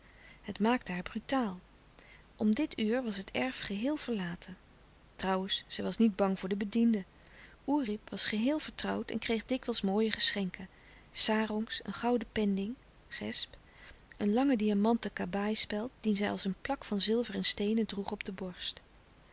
het maakte haar brutaal om dit uur was het erf geheel verlaten trouwens zij louis couperus de stille kracht was niet bang voor de bedienden oerip was geheel vertrouwd en kreeg dikwijls mooie geschenken sarongs een gouden pending een lange diamanten kabaaispeld dien zij als een plaque van zilver en steenen droeg op de borst